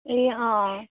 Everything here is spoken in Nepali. ए अँ अँ